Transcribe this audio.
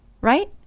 Right